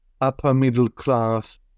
upper-middle-class